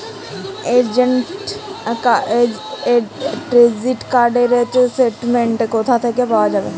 Credit card র statement কোথা থেকে পাওয়া যাবে?